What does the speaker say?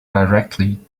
directly